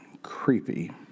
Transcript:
creepy